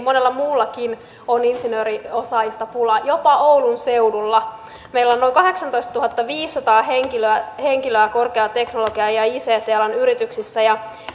monella muullakin alueella on insinööriosaajista pulaa jopa oulun seudulla meillä on noin kahdeksantoistatuhattaviisisataa henkilöä henkilöä korkean teknologian ja ict alan yrityksissä ja